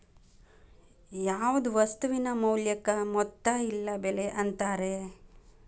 ಯಾವ್ದ್ ವಸ್ತುವಿನ ಮೌಲ್ಯಕ್ಕ ಮೊತ್ತ ಇಲ್ಲ ಬೆಲೆ ಅಂತಾರ